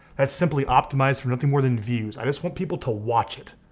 that's simply optimized for nothing more than views. i just want people to watch it,